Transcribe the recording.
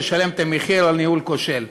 לשלם את המחיר על ניהול כושל.